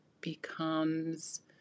becomes